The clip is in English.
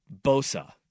Bosa